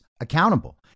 accountable